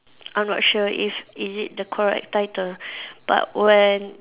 I'm not sure if is it the correct title but when